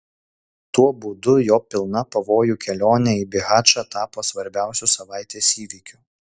tuo būdu jo pilna pavojų kelionė į bihačą tapo svarbiausiu savaitės įvykiu